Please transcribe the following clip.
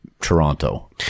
Toronto